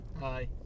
Hi